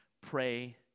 Pray